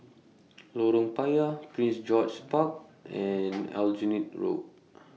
Lorong Payah Prince George's Park and Aljunied Road